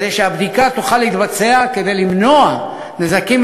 כדי שהבדיקה תוכל להתבצע כדי למנוע נזקים